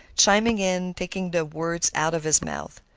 chiming in, taking the words out of his mouth.